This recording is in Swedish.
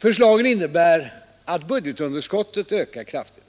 Förslagen innebär att budgetunderskottet ökar kraftigt.